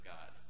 God